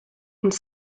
und